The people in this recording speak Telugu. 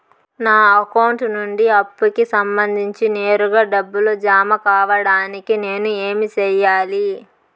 నా అకౌంట్ నుండి అప్పుకి సంబంధించి నేరుగా డబ్బులు జామ కావడానికి నేను ఏమి సెయ్యాలి?